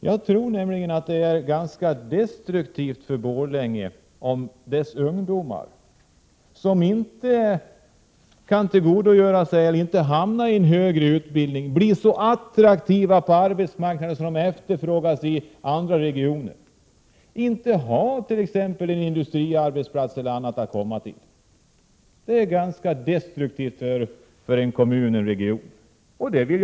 Jag tror att det är ganska destruktivt för Borlänge och dess ungdomar att de inte kan få en högre utbildning och bli så attraktiva på arbetsmarknaden att de efterfrågas i andra regioner. Att de inte heller har en industriarbetsplats eller annan plats att komma till är destruktivt för en kommun eller en region.